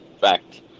fact